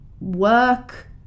work